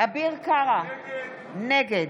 אביר קארה, נגד